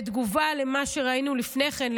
בתגובה למה שראינו לפני כן,